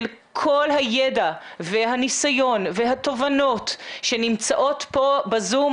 כל הידע והניסיון והתובנות שנמצאות פה בזום,